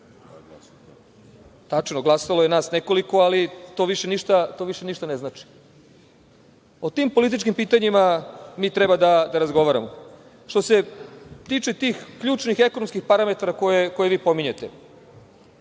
Tačno, glasalo je nas nekoliko, ali to više ništa ne znači.O tim političkim pitanjima mi treba da razgovaramo. Što se tiče tih ključnih ekonomskih parametara koje vi pominjete,